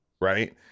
right